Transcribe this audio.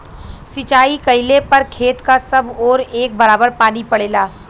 सिंचाई कइले पर खेत क सब ओर एक बराबर पानी पड़ेला